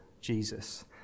Jesus